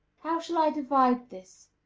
how shall i divide this?